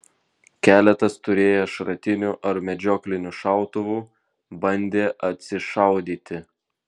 keletas turėję šratinių ar medžioklinių šautuvų bandė atsišaudyti